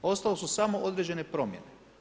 Ostalo su samo određene promjene.